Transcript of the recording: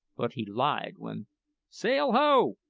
but he lied when sail ho!